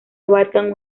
abarcan